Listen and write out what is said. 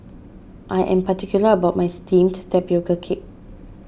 I am particular about my Steamed Tapioca Cake